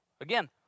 Again